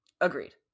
Agreed